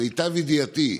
למיטב ידיעתי,